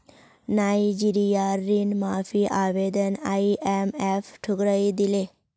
नाइजीरियार ऋण माफी आवेदन आईएमएफ ठुकरइ दिले